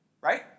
Right